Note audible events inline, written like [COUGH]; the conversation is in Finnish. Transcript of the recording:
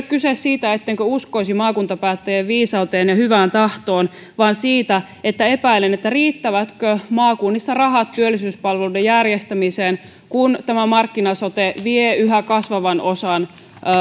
[UNINTELLIGIBLE] kyse siitä ettenkö uskoisi maakuntapäättäjien viisauteen ja hyvään tahtoon vaan siitä että epäilen riittävätkö maakunnissa rahat työllisyyspalveluiden järjestämiseen kun tämä markkina sote vie yhä kasvavan osan